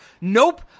Nope